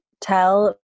tell